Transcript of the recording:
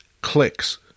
clicks